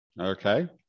Okay